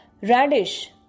Radish